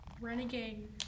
Renegade